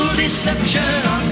Deception